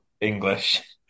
English